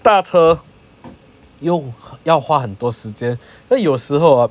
搭车又要花很多时间所以有时候 ah